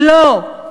לא.